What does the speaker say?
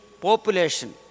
population